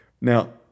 Now